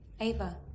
Ava